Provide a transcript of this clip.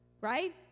right